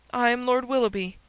i am lord willoughby,